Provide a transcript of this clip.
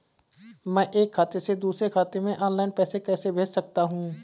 मैं एक खाते से दूसरे खाते में ऑनलाइन पैसे कैसे भेज सकता हूँ?